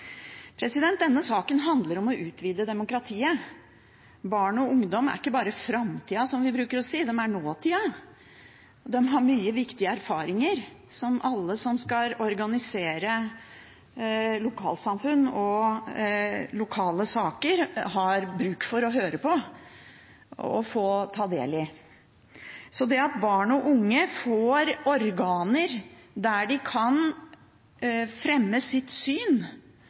det. Denne saken handler om å utvide demokratiet. Barn og ungdom er ikke bare framtida, som vi bruker å si, de er nåtida. De har mange viktige erfaringer, som alle som skal organisere lokalsamfunn og lokale saker, har bruk for å høre på og ta del i. Så det at barn og unge får organer der de kan fremme sitt syn,